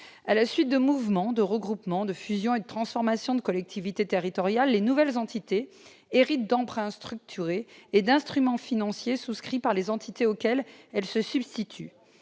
À la suite de mouvements, de regroupements, de fusions et de transformations de collectivités territoriales, les nouvelles entités héritent d'emprunts structurés et d'instruments financiers souscrits par les entités auxquelles elles se substituent.